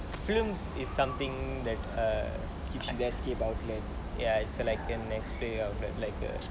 films is something that err you can escape outlet ya it's an escape outlet like a